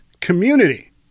community